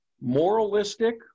moralistic